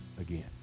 again